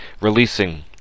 releasing